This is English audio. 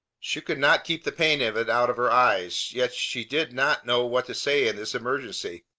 she could not keep the pain of it out of her eyes yet she did not know what to say in this emergency.